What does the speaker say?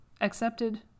accepted